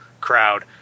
crowd